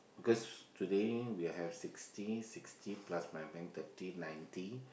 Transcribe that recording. because today we have sixty sixty plus my bank thirty ninety